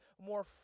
more